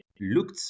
looked